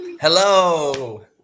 Hello